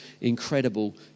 incredible